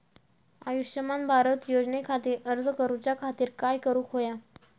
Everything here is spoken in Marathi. आयुष्यमान भारत योजने खातिर अर्ज करूच्या खातिर काय करुक होया?